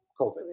COVID